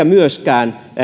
myöskään